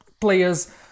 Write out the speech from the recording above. players